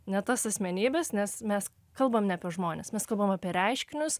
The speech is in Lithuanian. ne tas asmenybes nes mes kalbam ne apie žmones mes kalbam apie reiškinius